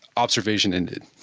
observation ended.